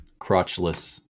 crotchless